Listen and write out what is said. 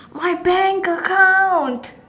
my bank account